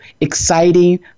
exciting